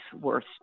worth